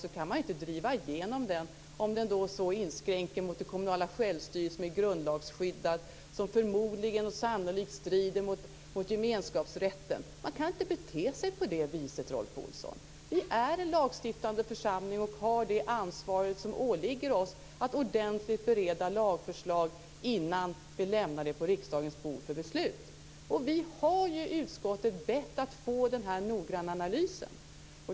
Man kan ju inte driva igenom den om den inskränker den kommunala självstyrelsen, som är grundlagsskyddad. Förmodligen och sannolikt strider den mot gemenskapsrätten. Man kan inte bete sig på det viset, Rolf Olsson. Vi är en lagstiftande församling och har det ansvar som åligger oss att ordentligt bereda lagförslag innan vi lämnar dem på riksdagens bord för beslut. Och vi har i utskottet bett om att få den här noggranna analysen.